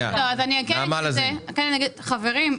חברים,